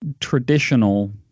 traditional